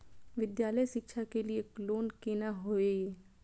विद्यालय शिक्षा के लिय लोन केना होय ये?